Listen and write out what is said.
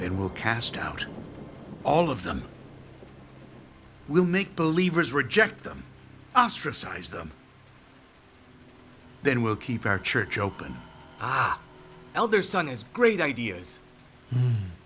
it will cast out all of them will make believers reject them ostracized them then we'll keep our church open my elder son is great ideas